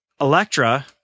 Electra